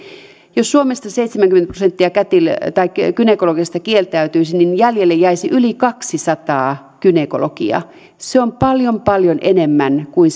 jos suomesta seitsemänkymmentä prosenttia gynekologeista kieltäytyisi jäljelle jäisi yli kaksisataa gynekologia se on paljon paljon enemmän kuin